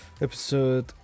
Episode